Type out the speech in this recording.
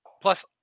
Plus